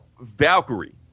Valkyrie